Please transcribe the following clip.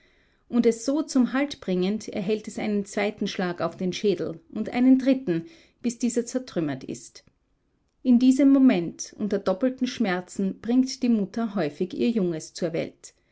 und es so zum halt bringend erhält es einen zweiten schlag auf den schädel und einen dritten bis dieser zertrümmert ist in diesem moment unter doppelten schmerzen bringt die mutter häufig ihr junges zur welt